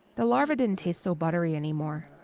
the larvae didn't taste so buttery anymore.